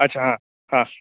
अच्छा हां हां